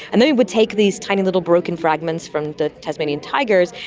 and then we would take these tiny little broken fragments from the tasmanian tigers,